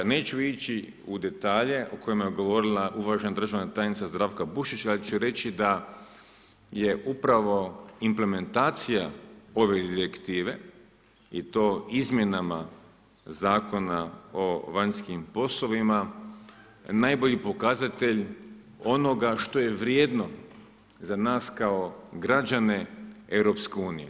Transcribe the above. Neću ići u detalje o kojima je govorila uvažena državna tajnica Zdravka Bušić, ali ću reći da je upravo implementacija ove direktive i to izmjenama Zakona o vanjskim poslovima najbolji pokazatelj onoga što je vrijedno za nas kao građane EU-a.